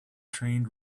trained